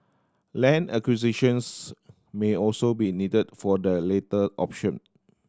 land acquisitions may also be needed for the latter option